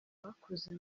bakoze